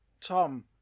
Tom